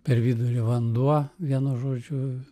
per vidurį vanduo vienu žodžiu